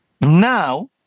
now